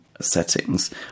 settings